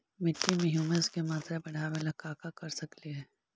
मिट्टी में ह्यूमस के मात्रा बढ़ावे ला का कर सकली हे?